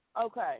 Okay